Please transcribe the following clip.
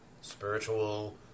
Spiritual